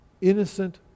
innocent